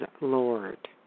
Lord